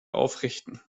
aufrichten